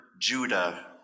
Judah